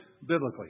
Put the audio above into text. biblically